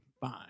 Fine